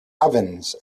ovens